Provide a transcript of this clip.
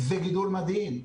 זה גידול מדהים.